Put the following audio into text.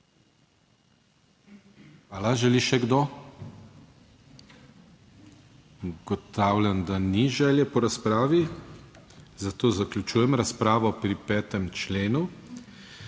Hvala. Želi še kdo? Ugotavljam, da ni želje po razpravi, zato zaključujem razpravo pri 5. členu.